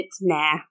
Nah